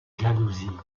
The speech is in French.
jalousies